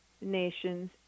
nations